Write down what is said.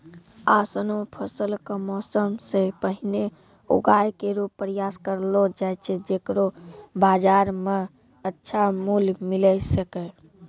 ऑसनो फसल क मौसम सें पहिने उगाय केरो प्रयास करलो जाय छै जेकरो बाजार म अच्छा मूल्य मिले सके